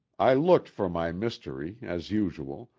i looked for my mystery, as usual,